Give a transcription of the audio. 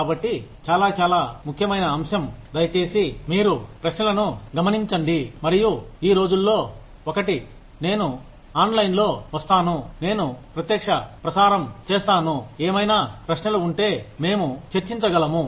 కాబట్టి చాలా చాలా ముఖ్యమైన అంశం దయచేసి మీరు ప్రశ్నలను గమనించండి మరియు ఈ రోజుల్లో ఒకటి నేను ఆన్లైన్లో లో వస్తాను నేను ప్రత్యక్ష ప్రసారం చేస్తాను ఏమైనా ప్రశ్నలు ఉంటే మేము చర్చించగలము